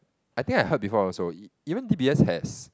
I think I heard before also even d_b_s has